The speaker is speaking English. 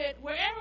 wherever